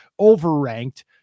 overranked